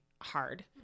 hard